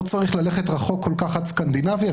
לא צריך ללכת רחוק עד סקנדינביה,